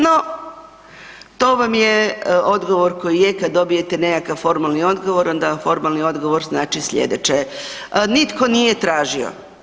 No, to vam je odgovor koji je kad dobijete nekakav formalni odgovor onda formalni odgovor znati sljedeće, nitko nije tražio.